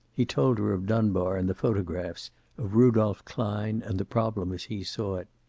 he told her of dunbar and the photographs, of rudolph klein, and the problem as he saw it.